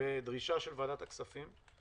בדרישה של ועדת הכספים,